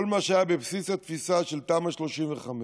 כל מה שהיה בבסיס התפיסה של תמ"א 35,